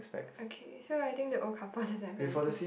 okay so I think the old couples is like anything